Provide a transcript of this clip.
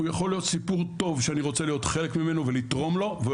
הוא יכול להיות סיפור טוב שאני רוצה להיות חלק ממנו ולתרום לו והוא